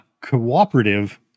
cooperative